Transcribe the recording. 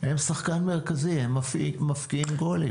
הם שחקן מרכזי, הם מבקיעים גולים.